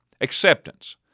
Acceptance